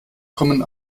kommen